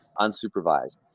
unsupervised